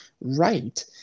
right